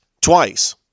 twice